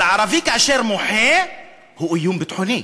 אבל ערבי שמוחה הוא איום ביטחוני.